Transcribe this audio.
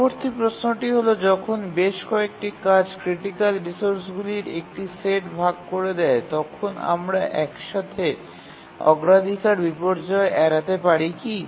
পরবর্তী প্রশ্নটি হল যখন বেশ কয়েকটি কাজ ক্রিটিকাল রিসোর্সগুলির একটি সেট ভাগ করে দেয় তখন আমরা একসাথে অগ্রাধিকার বিপর্যয় এড়াতে পারি কি